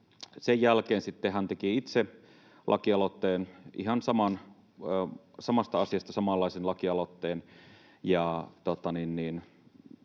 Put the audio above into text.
Sen jälkeen sitten hän teki itse ihan samasta asiasta samanlaisen lakialoitteen,